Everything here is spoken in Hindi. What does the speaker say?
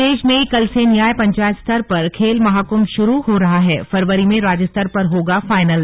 प्रदेश में कल से न्याय पंचायत स्तर पर खेल महाकुंभ शुरू हो रहा हैफरवरी में राज्यस्तर पर होगा फाइनल